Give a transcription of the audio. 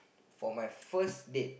for my first date